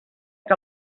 que